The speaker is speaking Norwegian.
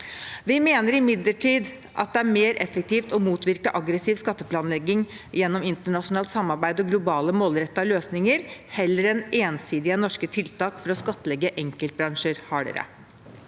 Vi mener imidlertid at det er mer effektivt å motvirke aggressiv skatteplanlegging gjennom internasjonalt samarbeid og globale målrettede løsninger, heller enn ensidig norske tiltak for å skattlegge enkeltbransjer hardere.